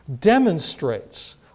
demonstrates